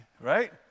Right